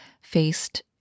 faced